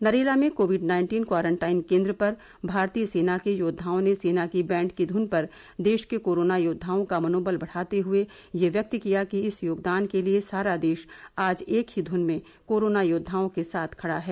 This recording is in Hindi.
नरेला में कोविड नाइन्टीन क्वारंटाइन केंद्र पर भारतीय सेना के योद्वाओं ने सेना की बैंड की धून पर देश के कोरोना योद्वाओं का मनोबल बढ़ाते हुए ये व्यक्त किया कि इस योगदान के लिए सारा देश आज एक ही धुन में कोरोना योद्वाओं के साथ खड़ा है